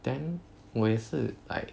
then 我也是 like